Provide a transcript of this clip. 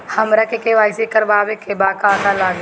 हमरा के.वाइ.सी करबाबे के बा का का लागि?